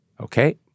okay